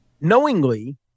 knowingly